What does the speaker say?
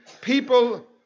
people